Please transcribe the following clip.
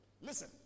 Listen